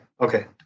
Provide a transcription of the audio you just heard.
okay